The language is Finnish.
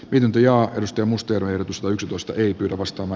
lintuja edusti musta jarrutustunnustusta ryypyn ostama